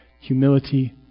Humility